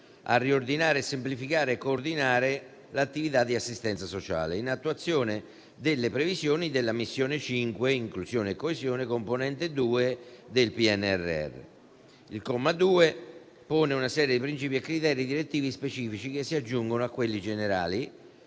a riordinare, semplificare e coordinare l'attività di assistenza sociale, in attuazione delle previsioni della Missione 5 (inclusione e coesione), componente 2, del PNRR. Il comma 2 pone una serie di principi e criteri direttivi specifici, che si aggiungono a quelli generali,